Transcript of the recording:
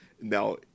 Now